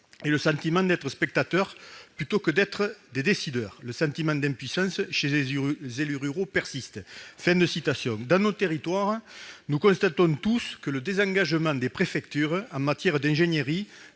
et le sentiment d'être spectateurs plutôt que d'être des décideurs. Le sentiment d'impuissance chez les élus ruraux persiste. » Dans nos territoires, nous constatons tous que le désengagement des préfectures en matière d'ingénierie